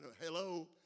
Hello